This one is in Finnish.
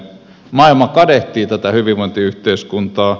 maailma kadehtii tätä hyvinvointiyhteiskuntaa